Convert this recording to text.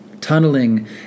tunneling